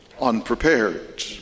unprepared